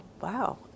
Wow